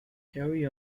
carry